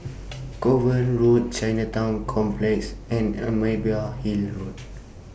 Kovan Road Chinatown Complex and Imbiah Hill Road